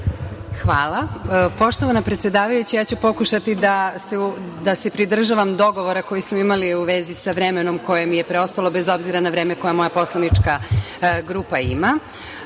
Hvala. Poštovana predsedavajuća, ja ću pokušati da se pridržavam dogovora koji smo imali u vezi sa vremenom koje mi je preostalo bez obzira na vreme koje moja poslanička grupa